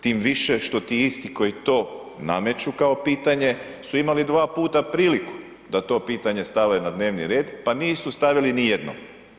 Tim više što ti isti koji to nameću kao pitanje su imali dva puta priliku da to pitanje stave na dnevni red pa nisu stavili nijednom.